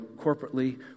corporately